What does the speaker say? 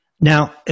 Now